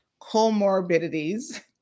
comorbidities